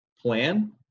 plan